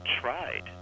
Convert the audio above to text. tried